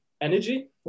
energy